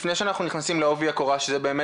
לפני שאנחנו נכנסים לעובי הקורה שזה באמת